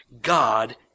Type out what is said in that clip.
God